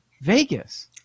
Vegas